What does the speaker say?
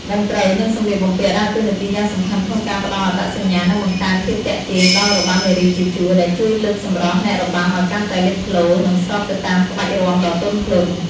តន្ត្រី និងសម្លៀកបំពាក់ ដើរតួនាទីយ៉ាងសំខាន់ក្នុងការផ្តល់អត្តសញ្ញាណ និងបង្កើនភាពទាក់ទាញដល់របាំនារីជាជួរ ដែលជួយលើកសម្រស់អ្នករបាំឱ្យកាន់តែលេចធ្លោ និងស្របទៅតាមក្បាច់រាំដ៏ទន់ភ្លន់។